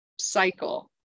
cycle